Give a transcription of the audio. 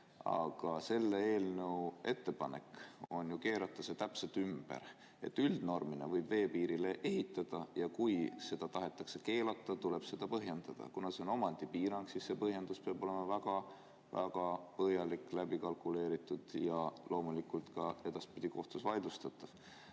Aga selle eelnõu ettepanek on ju keerata see täpselt ümber: üldnormina võib veepiirile ehitada ja kui seda tahetakse keelata, tuleb seda põhjendada. Kuna see on omandipiirang, siis see põhjendus peab olema väga põhjalik, läbi kalkuleeritud ja loomulikult ka edaspidi kohtus vaidlustatav.